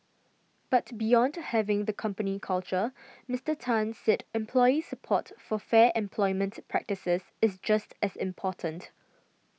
but beyond having the company culture Mister Tan said employee support for fair employment practices is just as important